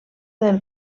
del